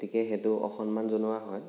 গতিকে এইটো অসন্মান জনোৱা হয়